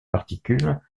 particules